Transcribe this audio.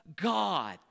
God